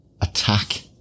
attack